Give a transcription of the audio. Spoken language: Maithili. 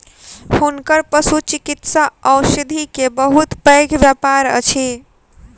हुनकर पशुचिकित्सा औषधि के बहुत पैघ व्यापार अछि